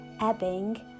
ebbing